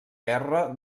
guerra